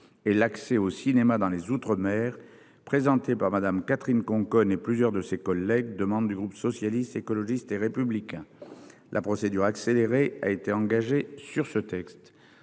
et l'accès au cinéma dans les outre-mer présenté par Madame, Catherine Conconne et plusieurs de ses collègues demande du groupe socialiste, écologiste et républicain. La procédure accélérée a été engagée sur ce texte.